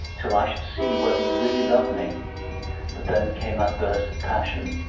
till i should see whether you really loved me but then came that burst of passion,